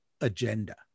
agenda